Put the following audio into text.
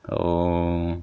oh